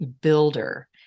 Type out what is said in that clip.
builder